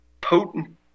potent